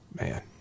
Man